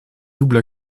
double